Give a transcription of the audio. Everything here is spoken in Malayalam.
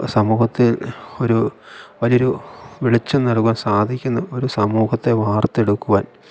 സമൂഹത്തിൽ ഒരു വലിയൊരു വെളിച്ചം നൽകുവാൻ സാധിക്കുന്ന ഒരു സമൂഹത്തെ വാർത്തെടുക്കുവാൻ